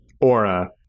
aura